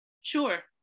Sure